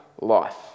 Life